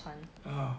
啊